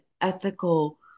ethical